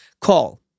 call